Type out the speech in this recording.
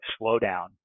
slowdown